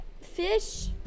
fish